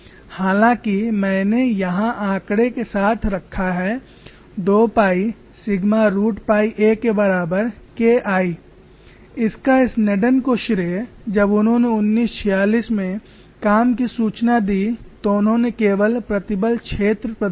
हालांकि मैंने यहां आंकड़ा के साथ रखा है 2 pi sigma root pi a के बराबर KIइसका स्नेडन को श्रेय जब उन्होंने 1946 में काम की सूचना दी तो उन्होंने केवल प्रतिबल क्षेत्र प्रदान किया